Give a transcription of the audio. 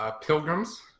Pilgrims